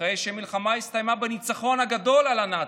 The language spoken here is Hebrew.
אחרי שהמלחמה הסתיימה בניצחון הגדול על הנאצים.